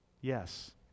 Yes